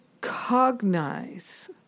cognize